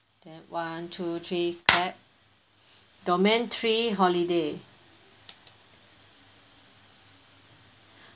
one two three clap domain three holiday